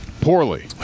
poorly